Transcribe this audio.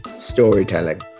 storytelling